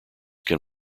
can